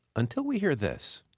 until we hear this.